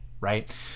right